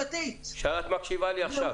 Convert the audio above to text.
סליחה, את מקשיבה לי עכשיו.